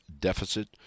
deficit